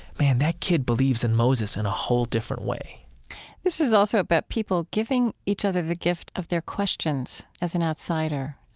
man, that kid believes in moses in a whole different way this is also about people giving each other the gift of their questions as an outsider,